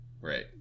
Right